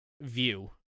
view